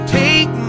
take